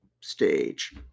stage